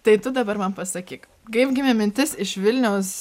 tai tu dabar man pasakyk kaip gimė mintis iš vilniaus